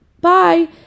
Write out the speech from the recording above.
bye